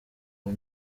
ubu